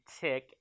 tick